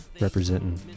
representing